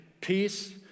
peace